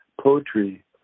poetry